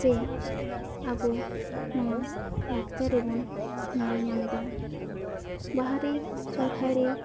ᱥᱮ ᱟᱵᱚ ᱱᱚᱣᱟ ᱞᱟᱠᱪᱟᱨ ᱨᱮᱵᱚᱱ ᱧᱮᱞ ᱧᱟᱢ ᱮᱫᱟ ᱵᱟᱦᱟ ᱨᱮ ᱥᱚᱨᱦᱟᱭ ᱨᱮ